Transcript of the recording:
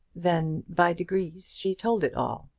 then by degrees she told it all,